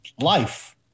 life